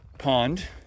Pond